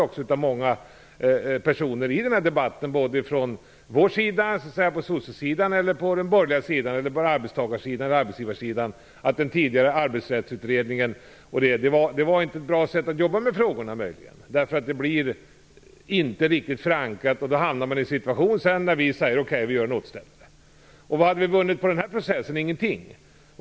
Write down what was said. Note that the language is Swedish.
Det har i debatten också erkänts av många personer från vår sida, den borgerliga sidan, arbetstagarsidan och arbetsgivarsidan att den tidigare Arbetsrättsutredningen inte var ett bra sätt att jobba med frågorna, eftersom frågorna inte blev tillräckligt förankrade och man därför hamnade i en situation då vi sade: Okej, vi gör någonting åt detta i stället. Vad har vi vunnit med denna process? Ingenting.